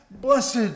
Blessed